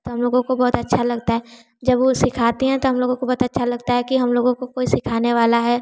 हम लोगों को बहुत अच्छा लगता है जब वह सिखाती हैं तो हम लोगों को बहुत अच्छा लगता है कि हम लोगों को कोई सिखाने वाला है